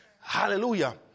Hallelujah